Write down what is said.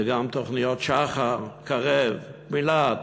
זה גם תוכניות שח"ר, קרב, מיל"ת,